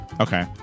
Okay